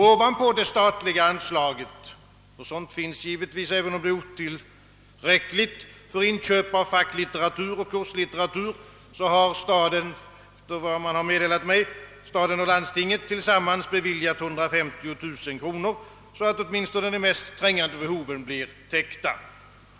Ovanpå det statliga anslaget, ty ett sådant finns givetvis även om det är otillräckligt — för inköp av facklitteratur och kurslitteratur, har staden och landstinget enligt vad man meddelat tillsammans beviljat 150 000 kronor, så att åtminstone de mest trängande behoven blir täckta.